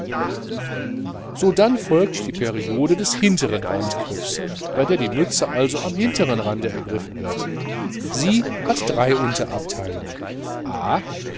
sodann folgt die periode des hinteren randgriffs bei der die mütze also am hinteren rande ergriffen wird sie hat drei unterabteilungen